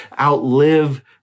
outlive